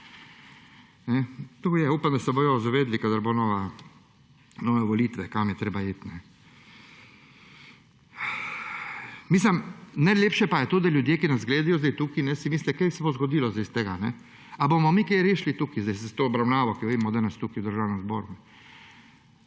Upam, da se bodo zavedali, ko bodo nove volitve, kam je treba iti. Najlepše pa je to, da si ljudje, ki nas gledajo zdaj tukaj, mislijo, kaj se bo zgodilo zdaj iz tega. Ali bomo mi kaj rešili tukaj s to obravnavo, ki jo vidimo danes tukaj v Državnem zboru?